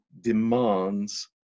demands